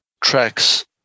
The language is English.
Tracks